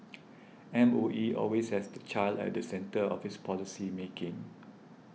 M O E always has the child at the centre of its policy making